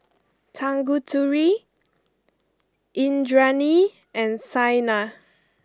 Tanguturi Indranee and Saina